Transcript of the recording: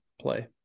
play